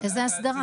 איזה הסדרה?